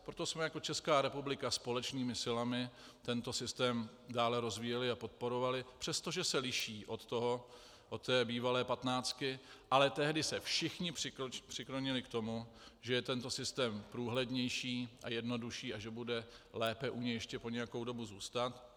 Proto jsme jako Česká republika společnými silami tento systém dále rozvíjeli a podporovali, přestože se liší od bývalé patnáctky, ale tehdy se všichni přiklonili k tomu, že je tento systém průhlednější a jednodušší a že bude lépe u něj ještě po nějakou dobu zůstat.